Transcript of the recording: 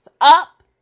up